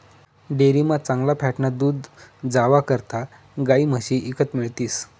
डेअरीमा चांगला फॅटनं दूध जावा करता गायी म्हशी ईकत मिळतीस